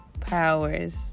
powers